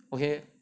okay